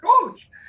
Coach